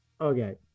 Okay